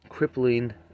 crippling